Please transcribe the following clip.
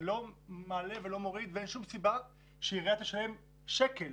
זה לא מעלה ולא מוריד ואין שום סיבה שהעירייה תשלם שקל